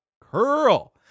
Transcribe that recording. Curl